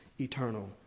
eternal